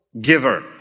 giver